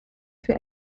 für